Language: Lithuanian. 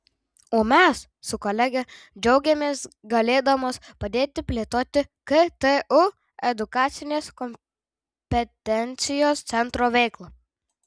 o mes su kolege džiaugiamės galėdamos padėti plėtoti ktu edukacinės kompetencijos centro veiklą